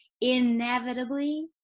inevitably